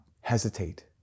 hesitate